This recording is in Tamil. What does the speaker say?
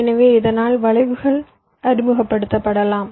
எனவே இதனால் வளைவுகள் அறிமுகப்படுத்தப்படலாம்